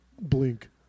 Blink